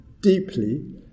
deeply